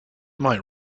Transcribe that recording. might